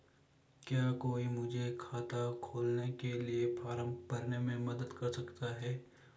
क्या कोई मुझे खाता खोलने के लिए फॉर्म भरने में मदद कर सकता है?